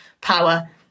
power